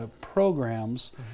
programs